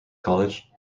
college